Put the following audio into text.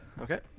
Okay